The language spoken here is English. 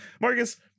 marcus